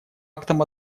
актом